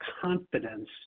confidence